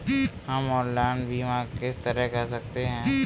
हम ऑनलाइन बीमा किस तरह कर सकते हैं?